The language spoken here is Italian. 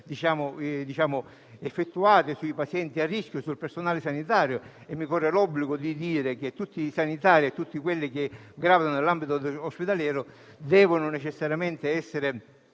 essere effettuate sui pazienti a rischio e sul personale sanitario; mi corre l'obbligo di dire che tutti i sanitari e tutti quelli che gravano nell'ambito ospedaliero devono necessariamente essere